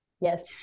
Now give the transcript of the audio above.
Yes